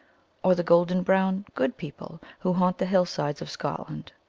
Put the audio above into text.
or the golden-brown good people who haunt the hillsides of scotland.